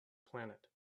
planet